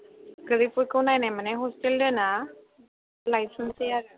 गोरलैफोरखौ नायनाय मानाय हस्टेल दोना लायफिनसै आरो